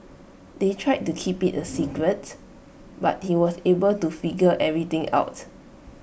they tried to keep IT A secret but he was able to figure everything out